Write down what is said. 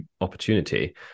opportunity